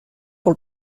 pour